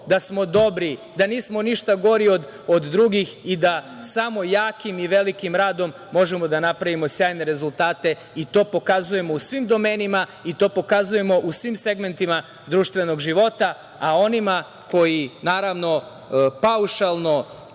da smo dobri, da nismo ništa gori od drugih i da samo jakim i velikim radom možemo da napravimo sjajne rezultate. To pokazujemo u svim domenima i to pokazujemo u svim segmentima društvenog života. A onima koji, naravno, paušalno